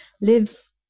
live